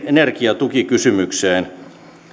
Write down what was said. energiatukikysymykseen